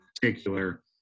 particular